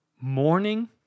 Morning